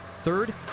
Third